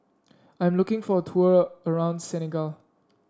I'm looking for a tour around Senegal